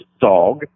Dog